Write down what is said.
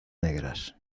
negras